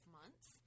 months